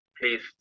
please